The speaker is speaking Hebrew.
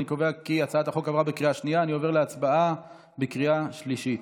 אני קובע כי הצעת החוק עברה בקריאה שנייה.